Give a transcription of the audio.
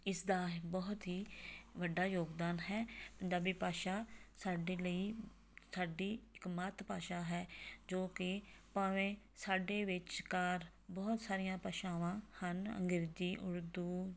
ਇਸਦਾ ਬਹੁਤ ਹੀ ਵੱਡਾ ਯੋਗਦਾਨ ਹੈ ਪੰਜਾਬੀ ਭਾਸ਼ਾ ਸਾਡੇ ਲਈ ਸਾਡੀ ਇੱਕ ਮਾਤ ਭਾਸ਼ਾ ਹੈ ਜੋ ਕਿ ਭਾਵੇਂ ਸਾਡੇ ਵਿਚਕਾਰ ਬਹੁਤ ਸਾਰੀਆਂ ਭਾਸ਼ਾਵਾਂ ਹਨ ਅੰਗਰੇਜ਼ੀ ਉਰਦੂ